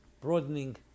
broadening